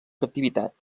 captivitat